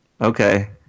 Okay